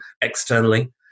externally